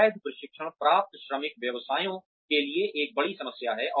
अवैध प्रशिक्षण प्राप्त श्रमिक व्यवसायों के लिए एक बड़ी समस्या है